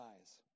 eyes